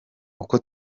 uko